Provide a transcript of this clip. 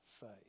faith